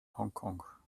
hongkong